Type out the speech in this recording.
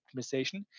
optimization